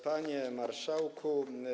Panie Marszałku!